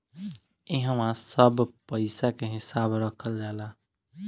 इहवा सब पईसा के हिसाब रखल जाला